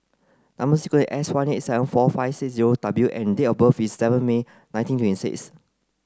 number sequence is S one eight seven four five six zero W and date of birth is seven May nineteen twenty six